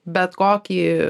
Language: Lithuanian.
bet kokį